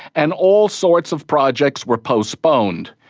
and all sorts of projects were postponed.